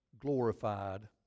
glorified